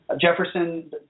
Jefferson